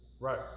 Right